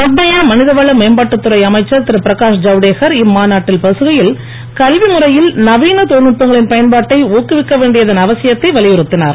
மத்திய மனிதவள மேம்பாட்டுத் துறை அமைச்சர் திருபிரகாஷ் தவுடேகர் இம்மாநாட்டில் பேசுகையில் கல்வி முறையில் நவீனத் தொழில்நுட்பங்களின் பயன்பாட்டை ஊக்குவிக்க வேண்டியதன் அவசியத்தை வலியுறுத்தினுர்